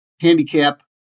handicap